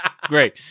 Great